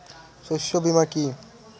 শস্য বীমা কি?